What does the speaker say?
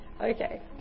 Okay